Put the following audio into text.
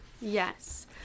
yes